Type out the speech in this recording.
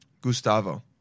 Gustavo